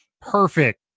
perfect